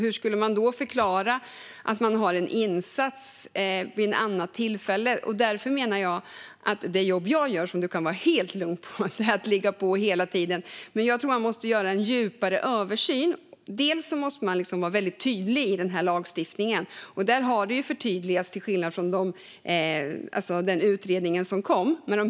Hur skulle man då förklara att man har en insats vid ett annat tillfälle? Därför menar jag att det jobb som jag gör är viktigt, och ledamoten kan vara helt lugn med att jag ligger på om detta hela tiden. Men jag tror att man måste göra en djupare översyn. Man måste vara väldigt tydlig i lagstiftningen, och riskfaktorerna har förtydligats till skillnad från i den utredning som kom.